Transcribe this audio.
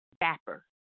dapper